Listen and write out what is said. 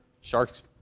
sharks